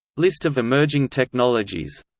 list of emerging technologies